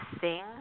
sing